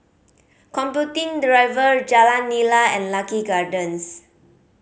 Computing Drive Jalan Nira and Lucky Gardens